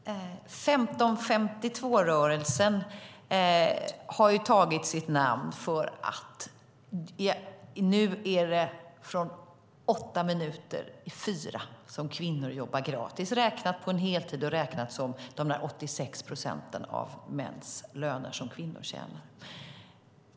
Fru talman! 15.52-rörelsen har tagit sitt namn av att det nu är från åtta minuter i fyra som kvinnor jobbar gratis räknat på en heltid, då kvinnornas genomsnittliga löner är 86 procent av männens.